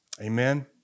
Amen